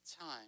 time